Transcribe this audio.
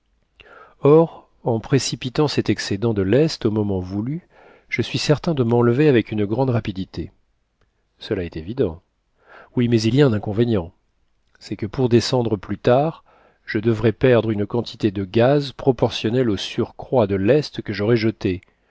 or en précipitant cet excédant de lest au moment voulu je suis certain de m'enlever avec une grande rapidité cela est évident oui mais il y a un inconvénient c'est que pour descendre plus tard je devrai perdre une quantité de gaz proportionnelle au surcroît de lest que j'aurai jeté